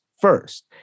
first